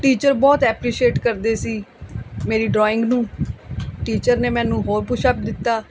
teacher ਬਹੁਤ appreciate ਕਰਦੇ ਸੀ ਮੇਰੀ ਡਰਾਇੰਗ ਨੂੰ ਟੀਚਰ ਨੇ ਮੈਨੂੰ ਹੋਰ ਪੁੱਸ਼ ਅਪ ਦਿੱਤਾ